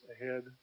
ahead